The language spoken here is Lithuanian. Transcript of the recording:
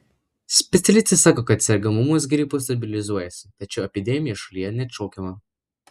specialistai sako kad sergamumas gripu stabilizuojasi tačiau epidemija šalyje neatšaukiama